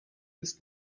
ist